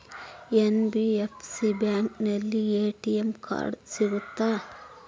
NBFC ಬ್ಯಾಂಕಿನಲ್ಲಿ ATM card ಸಿಗುತ್ತಾ?